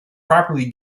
properly